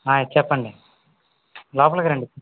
చెప్పండి లోపలికిరండి